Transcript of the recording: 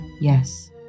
Yes